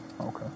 Okay